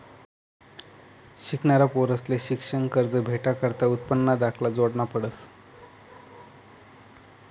शिकनारा पोरंसले शिक्शननं कर्ज भेटाकरता उत्पन्नना दाखला जोडना पडस